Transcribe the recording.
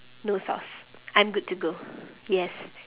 no sauce I'm good to go yes